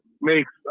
makes